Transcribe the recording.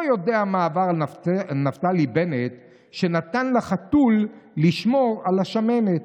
לא יודע מה עבר על נפתלי בנט שנתן לחתול לשמור על השמנת,